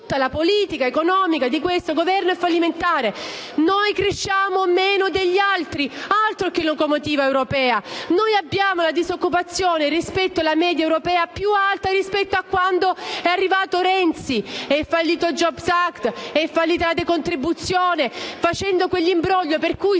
tutta la politica economica di questo Governo è fallimentare. Noi cresciamo meno degli altri, altro che locomotiva europea. Noi abbiamo un livello di disoccupazione, rispetto alla media europea, più alto rispetto a quando è arrivato Renzi. È fallito il *jobs act* ed è fallita la decontribuzione, con quell'imbroglio per cui state aumentando